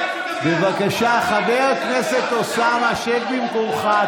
בבקשה, חבר הכנסת אוסאמה, שב במקומך.